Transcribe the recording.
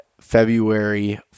February